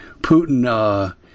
Putin